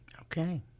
okay